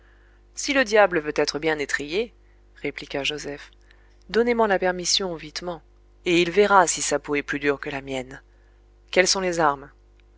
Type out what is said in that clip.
si le diable veut être bien étrillé répliqua joseph donnez men la permission vitement et il verra si sa peau est plus dure que la mienne quelles sont les armes